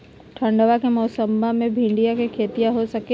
ठंडबा के मौसमा मे भिंडया के खेतीया हो सकये है?